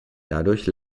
dadurch